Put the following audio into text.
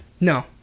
No